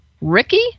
Ricky